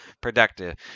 productive